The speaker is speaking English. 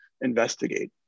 investigate